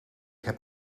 heb